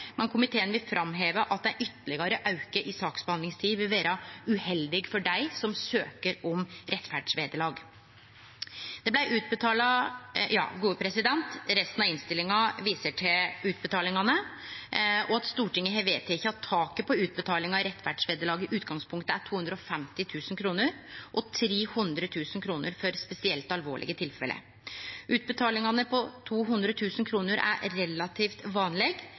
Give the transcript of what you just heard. men komiteen vil framheve at ein ytterlegare auke i saksbehandlingstida vil vere uheldig for dei som søkjer om rettferdsvederlag. Resten av innstillinga viser til utbetalingane og at Stortinget har vedteke at taket på utbetalingar av rettferdsvederlag i utgangspunktet er 250 000 kr og 300 000 kr for spesielt alvorlege tilfelle. Utbetalingar på 200 000 kr er relativt